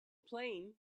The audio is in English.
playing